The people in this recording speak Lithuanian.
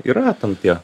yra ten tie